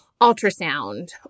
ultrasound